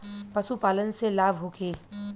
पशु पालन से लाभ होखे?